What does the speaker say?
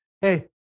hey